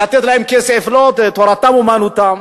לתת להם כסף, לא לתת, תורתם אומנותם.